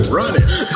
running